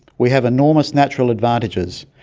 we have enormous natural advantages.